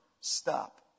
stop